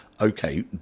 okay